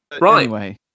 Right